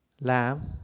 Lamb